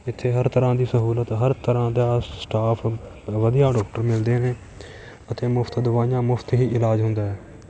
ਇੱਥੇ ਹਰ ਤਰ੍ਹਾਂ ਦੀ ਸਹੂਲਤ ਹਰ ਤਰ੍ਹਾਂ ਦਾ ਸਟਾਫ ਵਧੀਆ ਡਾਕਟਰ ਮਿਲਦੇ ਨੇ ਅਤੇ ਮੁਫਤ ਦਵਾਈਆਂ ਮੁਫਤ ਹੀ ਇਲਾਜ ਹੁੰਦਾ ਹੈ